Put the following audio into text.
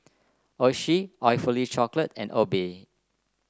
Oishi Awfully Chocolate and Obey